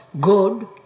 good –